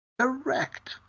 Correct